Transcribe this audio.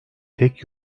tek